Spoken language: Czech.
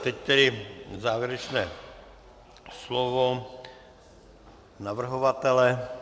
Teď tedy závěrečné slovo navrhovatele.